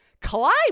climb